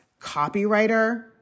copywriter